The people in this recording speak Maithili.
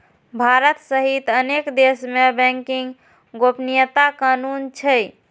भारत सहित अनेक देश मे बैंकिंग गोपनीयता कानून छै